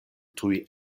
tuj